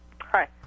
Hi